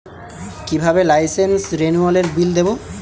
কিভাবে লাইসেন্স রেনুয়ালের বিল দেবো?